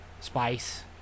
Spice